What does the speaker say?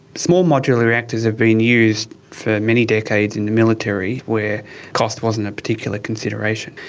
small modular reactors have been used for many decades in the military where cost wasn't a particular consideration.